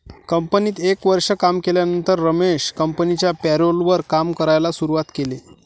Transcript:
कंपनीत एक वर्ष काम केल्यानंतर रमेश कंपनिच्या पेरोल वर काम करायला शुरुवात केले